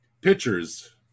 pitchers